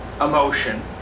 emotion